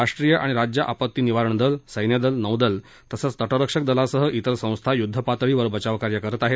राष्ट्रीय आणि राज्य आपत्ती निवारण दल सैन्यदल नौदल तसंच तटरक्षक दलासह तिर संस्था युद्धपातळीवर बचाव कार्य करत आहेत